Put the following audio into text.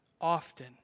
often